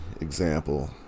example